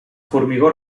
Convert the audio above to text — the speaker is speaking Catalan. formigó